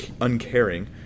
uncaring